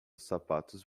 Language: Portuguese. sapatos